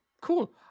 Cool